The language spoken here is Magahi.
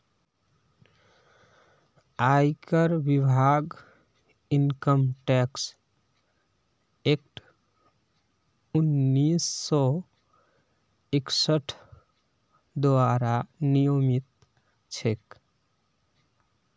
आयकर विभाग इनकम टैक्स एक्ट उन्नीस सौ इकसठ द्वारा नियमित छेक